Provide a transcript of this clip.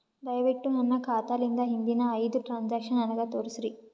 ದಯವಿಟ್ಟು ನನ್ನ ಖಾತಾಲಿಂದ ಹಿಂದಿನ ಐದ ಟ್ರಾಂಜಾಕ್ಷನ್ ನನಗ ತೋರಸ್ರಿ